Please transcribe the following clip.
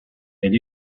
elle